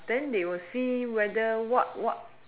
then they will see whether what what